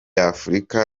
afurika